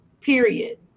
Period